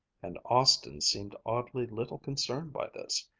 and austin seemed oddly little concerned by this.